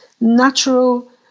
natural